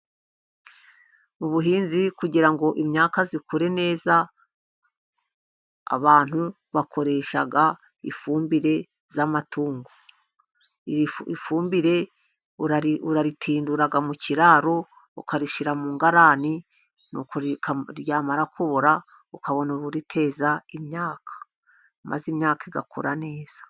Ubuhinzi kugira ngo imyaka ikure neza, abantu bakoresha ifumbire yamatungo, ifumbire urayitindura mu kiraro ukayishyira mu ngarani, n'uko yamara kubora ukabona ubuyiteza imyaka, maze imyaka igakura neza.